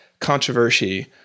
controversy